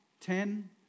Ten